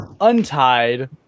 untied